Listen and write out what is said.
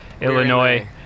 illinois